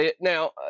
Now